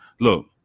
Look